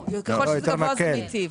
לא, יותר מקל.